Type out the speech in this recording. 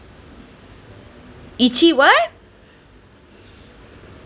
itchy what